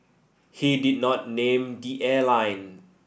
he did not name the airline